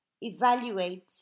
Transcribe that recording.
evaluate